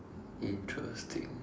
interesting